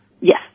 Yes